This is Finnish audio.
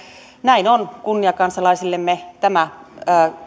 näin on kunniakansalaisillemme